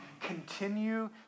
continue